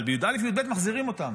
אבל בי"א ובי"ב מחזירים אותם.